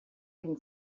can